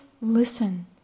listen